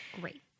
Great